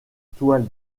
toile